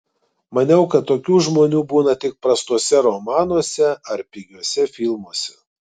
maniau kad tokių žmonių būna tik prastuose romanuose ar pigiuose filmuose